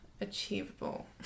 Achievable